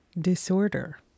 Disorder